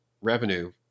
revenue